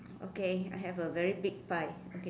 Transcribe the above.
okay I have a very big pie okay